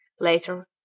Later